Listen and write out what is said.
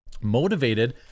motivated